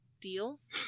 deals